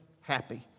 happy